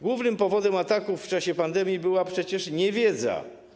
Głównym powodem ataków w czasie pandemii była przecież niewiedza.